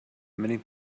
many